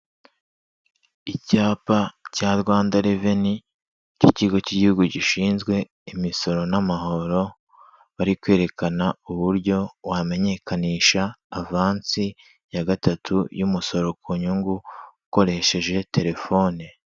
Icyapa cya Rwanda reveni k'ikigo cy'igihugu gishinzwe imisoro n'amahoro, bari kwerekana uburyo wamenyekanisha avansi ya gatatu y'umusoro ku nyungu, ukoresheje telefoni.